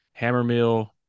Hammermill